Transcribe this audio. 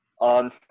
on